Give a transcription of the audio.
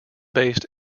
based